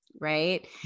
right